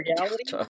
reality